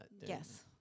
Yes